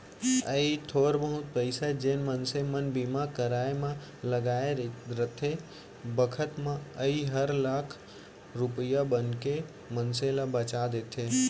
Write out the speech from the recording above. अइ थोर बहुत पइसा जेन मनसे मन बीमा कराय म लगाय रथें बखत म अइ हर लाख रूपया बनके मनसे ल बचा देथे